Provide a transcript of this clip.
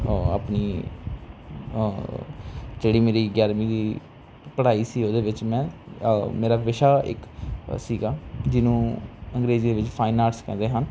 ਆਪਣੀ ਜਿਹੜੀ ਮੇਰੀ ਗਿਆਰ੍ਹਵੀਂ ਦੀ ਪੜ੍ਹਾਈ ਸੀ ਉਹਦੇ ਵਿੱਚ ਮੈਂ ਮੇਰਾ ਵਿਸ਼ਾ ਇੱਕ ਸੀਗਾ ਜਿਹਨੂੰ ਅੰਗਰੇਜ਼ੀ ਵਿੱਚ ਫਾਈਨ ਆਰਟਸ ਕਹਿੰਦੇ ਹਨ